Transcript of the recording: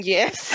Yes